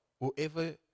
whoever